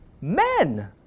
Men